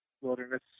wilderness